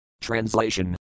TRANSLATION